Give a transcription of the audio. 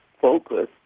focus